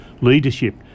leadership